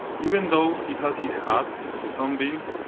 even though he had his hat, the sunbeams